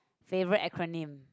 favourite acronym